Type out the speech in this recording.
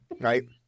right